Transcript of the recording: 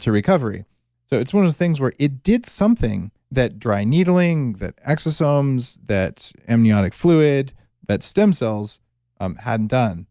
to recovery so it's one of those things where it did something that dry needling, that exosomes, that amniotic fluid that stem cells um hadn't done.